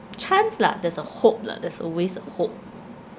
chance lah there's a hope lah there's always a hope